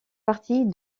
partie